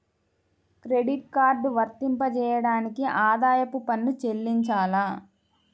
Credit card వర్తింపజేయడానికి ఆదాయపు పన్ను చెల్లించాలా?